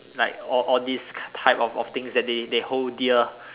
like all all this ty~ type of of things that they they hold dear